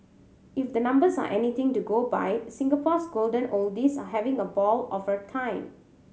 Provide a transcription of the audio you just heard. if the numbers are anything to go by Singapore's golden oldies are having a ball of a time